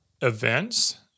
events